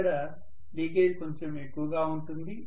ఇక్కడ లీకేజీ కొంచము ఎక్కువగా ఉంటుంది